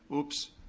oops.